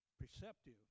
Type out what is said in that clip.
perceptive